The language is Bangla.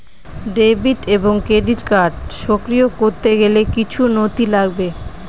ডেবিট এবং ক্রেডিট কার্ড সক্রিয় করতে গেলে কিছু নথি লাগবে?